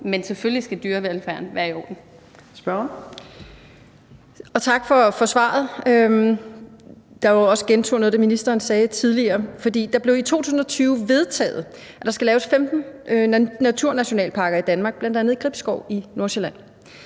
Men selvfølgelig skal dyrevelfærden være i orden.